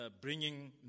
bringing